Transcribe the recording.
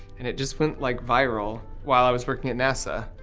and it just went like viral while i was working at nasa.